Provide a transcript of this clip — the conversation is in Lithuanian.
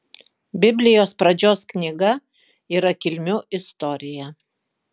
biblijos pradžios knyga yra kilmių istorija